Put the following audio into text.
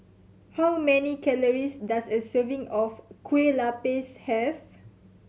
how many calories does a serving of Kueh Lapis have